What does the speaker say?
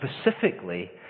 specifically